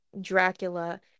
Dracula